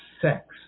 sex